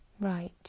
Right